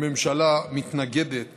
הממשלה מתנגדת